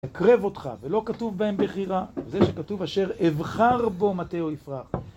נקרב אותך, ולא כתוב בהם בחירה, זה שכתוב אשר אבחר בו מתאו יפרח